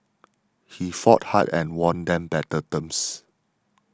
he fought hard and won them better terms